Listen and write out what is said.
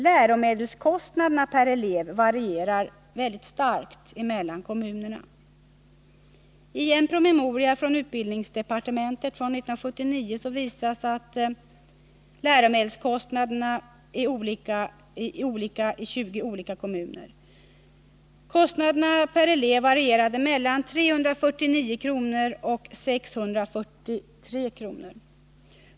Läromedelskostnaderna per elev varierar mellan kommunerna. I en promemoria från utbildningsdepartementet från 1979 visas läromedelskostnaderna i 20 olika kommuner. Kostnaderna per elev varierade mellan 349 och 643 kr.